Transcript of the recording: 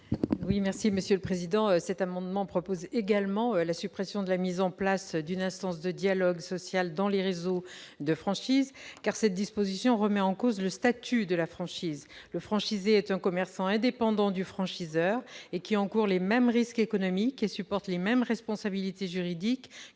Oui, merci Monsieur le Président, cet amendement propose également la suppression de la mise en place d'une instance de dialogue social dans les réseaux de franchise, car cette disposition remet en cause le statut de la franchise, le franchisé était un commerçant indépendant du franchiseur et qui encourt les mêmes risques économiques et supporte les mêmes responsabilités juridiques: